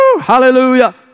Hallelujah